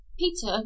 Peter